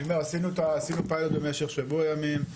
אני אומר עשינו פיילוט במשך שבוע ימים.